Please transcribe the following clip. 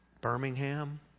Birmingham